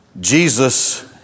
Jesus